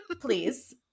Please